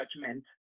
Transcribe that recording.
judgment